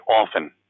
often